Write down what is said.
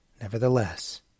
Nevertheless